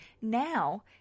now